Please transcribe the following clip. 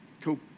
Cool